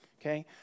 Okay